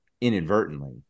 inadvertently